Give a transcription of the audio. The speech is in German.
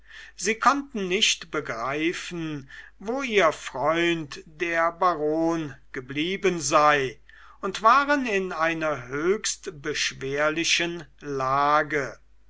sie konnten nicht begreifen wo ihr freund der baron geblieben sei und waren in einer höchst beschwerlichen lage